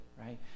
right